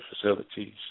facilities